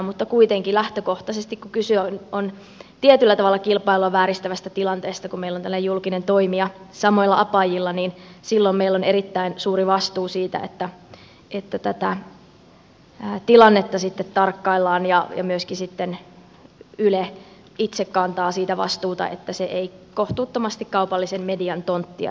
mutta kuitenkin lähtökohtaisesti kun kyse on tietyllä tavalla kilpailua vääristävästä tilanteesta kun meillä on tällainen julkinen toimija samoilla apajilla silloin meillä on erittäin suuri vastuu siitä että tätä tilannetta sitten tarkkaillaan ja myöskin yle itse kantaa siitä vastuuta että se ei kohtuuttomasti kaupallisen median tonttia rasita